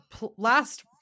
last